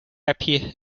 happy